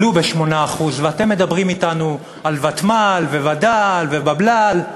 עלו ב-8%, ואתם מדברים אתנו על ותמ"ל ווד"ל ובבלל.